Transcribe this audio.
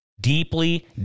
Deeply